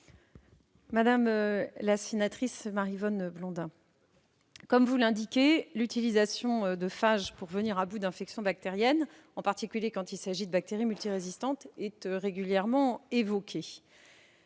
Madame la sénatrice, comme vous l'indiquez, l'utilisation de phages pour venir à bout d'infections bactériennes, en particulier à bactéries multirésistantes, est régulièrement évoquée.